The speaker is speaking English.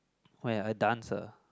where I dance ah